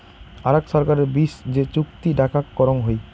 আরাক ছরকারের বিচ যে চুক্তি ডাকাক করং হই